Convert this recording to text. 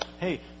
Hey